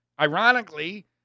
ironically